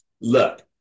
Look